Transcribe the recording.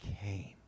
came